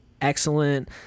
excellent